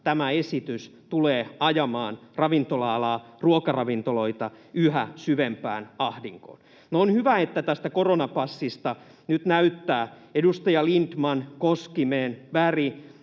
tämä esitys tulee ajamaan ravintola-alaa, ruokaravintoloita, yhä syvempään ahdinkoon. No, on hyvä, että tästä koronapassista nyt näyttävät edustajat Lindtman, Koskinen,